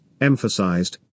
emphasized